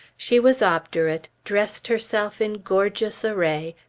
she was obdurate dressed herself in gorgeous array,